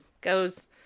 goes